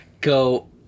go